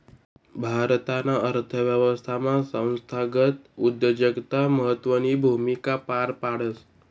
भारताना अर्थव्यवस्थामा संस्थागत उद्योजकता महत्वनी भूमिका पार पाडस